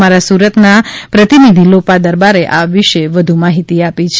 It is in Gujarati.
અમારા સુરત ના પાર્ટીનીધિ લોપા દરબારે આ વિષે વધુ માહિતી આપી છે